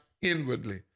inwardly